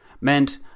meant